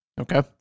Okay